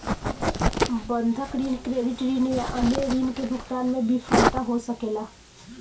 बंधक ऋण, क्रेडिट ऋण या अन्य ऋण के भुगतान में विफलता हो सकेला